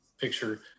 picture